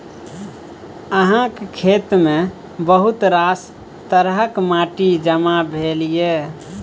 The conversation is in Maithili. अहाँक खेतमे बहुत रास तरहक माटि जमा भेल यै